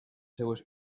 seues